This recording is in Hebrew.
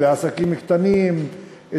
בעסקים קטנים,